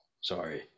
Sorry